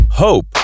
Hope